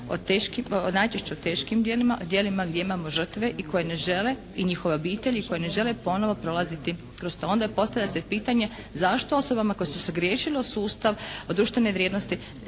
najčešće o teškim djelima gdje imamo žrtve i koje ne žele i njihove obitelji koje ne žele ponovno prolaziti kroz to. Onda postavlja se pitanje zašto osobama koje su se ogriješile o sustav, o društvene vrijednosti